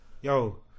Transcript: yo